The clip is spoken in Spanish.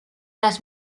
las